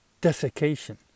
desiccation